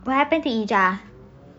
what happened to ija